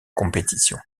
compétition